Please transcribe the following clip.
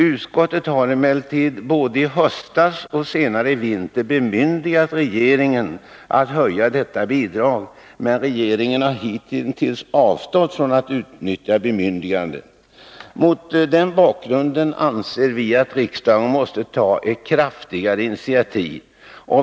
Utskottet har emellertid både i höstas och senare i vinter bemyndigat regeringen att höja detta bidrag, men regeringen har hitintills avstått från att utnyttja bemyndigandena. Mot den bakgrunden anser vi att riksdagen måste ta ett kraftigare initiativ.